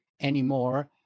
anymore